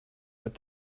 with